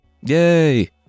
Yay